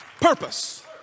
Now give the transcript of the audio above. Purpose